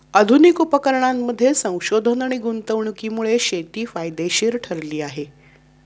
आधुनिक उपकरणांमध्ये संशोधन आणि गुंतवणुकीमुळे शेती फायदेशीर ठरली आहे